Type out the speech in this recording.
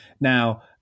Now